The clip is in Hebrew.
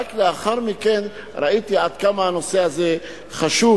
רק לאחר מכן ראיתי עד כמה הנושא הזה חשוב,